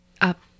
up